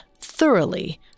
thoroughly